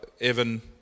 Evan